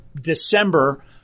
December